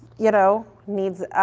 you know needs.